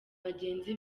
bagenzi